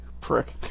prick